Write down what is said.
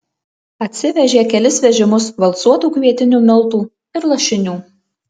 atsivežė kelis vežimus valcuotų kvietinių miltų ir lašinių